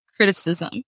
criticism